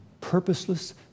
purposeless